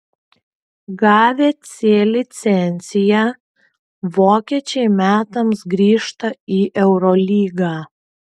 gavę c licenciją vokiečiai metams grįžta į eurolygą